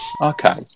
Okay